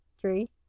three